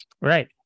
right